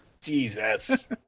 Jesus